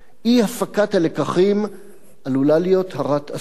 אי-הפקת הלקחים עלולה להיות הרת אסון.